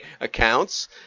accounts